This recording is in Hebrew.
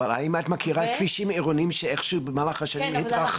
אבל האם את מכירה כבישים עירוניים אחרים שאיך שהוא במהלך השנים התרחבו?